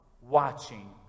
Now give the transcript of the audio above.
watching